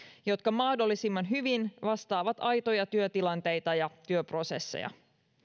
jotka mahdollisimman hyvin vastaavat aitoja työtilanteita ja työprosesseja